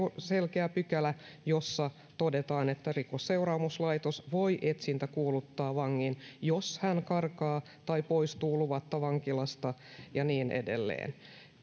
selkeä pykälä jossa todetaan että rikosseuraamuslaitos voi etsintäkuuluttaa vangin jos hän karkaa tai poistuu luvatta vankilasta ja niin edelleen